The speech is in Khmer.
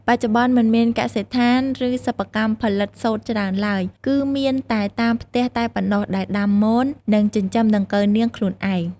បច្ចុប្បន្នមិនមានកសិដ្ឋាន ឬសិប្បកម្មផលិតសូត្រច្រើនឡើយ គឺមានតែតាមផ្ទះតែប៉ុណ្ណោះដែលដាំមន និងចិញ្ចឹមដង្កូវនាងខ្លួនឯង។